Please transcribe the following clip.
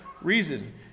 reason